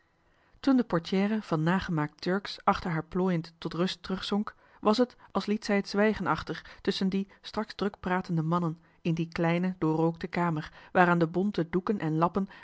de portière van nagemaakt turksch achter haar plooiend tot rust terugzonk was het als liet zij het zwijgen achter tusschen die straks druk pratende mannen in die kleine doorrookte kamer waaraan de bonte doeken en lappen